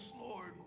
Lord